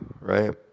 right